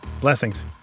Blessings